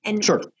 Sure